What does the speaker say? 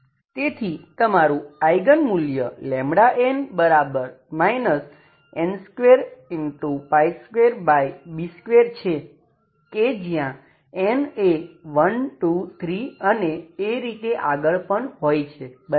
તેથી તમારું આઈગન મૂલ્ય n n22b2 છે કે જ્યાં n એ 1 2 3 અને એ રીતે આગળ પણ હોય છે બરાબર